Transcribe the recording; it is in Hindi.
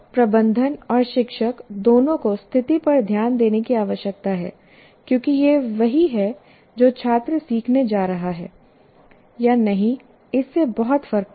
प्रबंधन और शिक्षक दोनों को स्थिति पर ध्यान देने की आवश्यकता है क्योंकि यही वह है जो छात्र सीखने जा रहा है या नहीं इससे बहुत फर्क पड़ता है